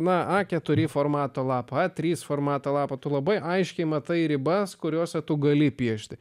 na a keturi formato lapą a trys formato lapą tu labai aiškiai matai ribas kuriose tu gali piešti